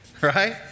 right